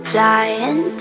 Flying